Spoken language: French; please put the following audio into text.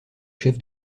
chef